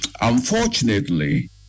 Unfortunately